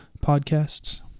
podcasts